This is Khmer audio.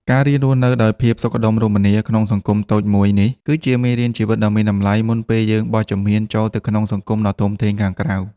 ការរៀនរស់នៅដោយមានភាពសុខដុមរមនាក្នុងសង្គមតូចមួយនេះ គឺជាមេរៀនជីវិតដ៏មានតម្លៃមុនពេលយើងបោះជំហានចូលទៅក្នុងសង្គមដ៏ធំធេងខាងក្រៅ។